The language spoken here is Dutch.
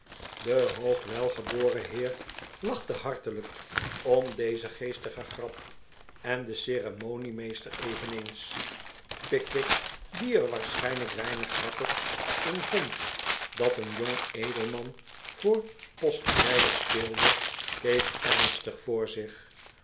de hoogwelgeboren heer lachte hartelijk om deze geestige grap en de ceremoniemeester eveneens pickwick die er waarschijnlijk weinig grappigs in vond dat een jong edelman voor postrijder speelde keek ernstig voor zich